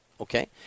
Okay